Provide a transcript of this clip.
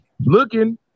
looking